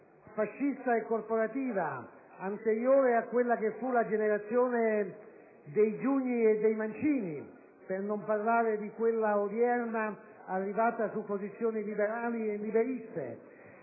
fascista e corporativa anteriore a quella che fu la generazione dei Giugni e dei Mancini, per non parlare di quella odierna giunta su posizioni liberali e liberiste.